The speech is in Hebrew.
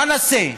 מה נעשה?